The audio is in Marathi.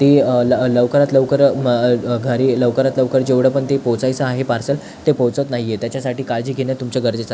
ती ल लवकरात लवकर म घरी लवकरात लवकर जेवढं पण ते पोचायचं आहे पार्सल ते पोहोचत नाही आहे त्याच्यासाठी काळजी घेणं तुमच्या गरजेचं आ